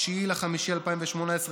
9 במאי 2018,